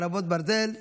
חרבות ברזל)